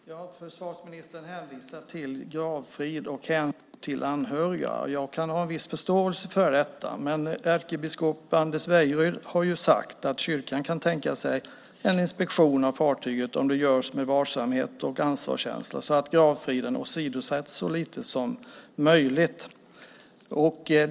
Fru talman! Försvarsministern hänvisar till gravfrid och till anhöriga. Jag kan ha en viss förståelse för det. Ärkebiskop Anders Wejryd, har ju sagt att kyrkan kan tänka sig en inspektion av fartyget om det görs med varsamhet och ansvarskänsla så att gravfriden åsidosätts så lite som möjligt.